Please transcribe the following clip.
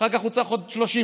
אחר כך הוא צריך עוד 30 מיליארד,